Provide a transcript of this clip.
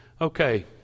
Okay